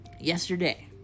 Yesterday